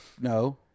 No